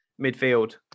midfield